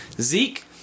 Zeke